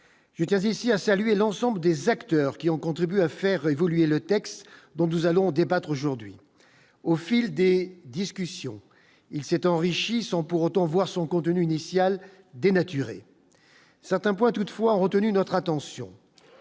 15 ici à saluer l'ensemble des acteurs qui ont contribué à faire évoluer le texte dont nous allons débattre aujourd'hui au fil des discussions, il s'est enrichi, sans pour autant voir son contenu initial dénaturé certains points toutefois retenu notre attention,